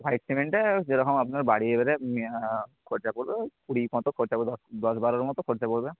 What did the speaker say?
white সিমেন্টটা যেরকম আপনার বাড়ি এবারে খরচা পড়বে ওই কুড়ি মতো খরচা পড়বে দশ বারোর মতো খরচা পড়বে